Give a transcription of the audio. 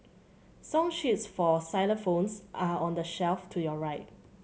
song sheets for xylophones are on the shelf to your right